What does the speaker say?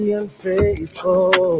unfaithful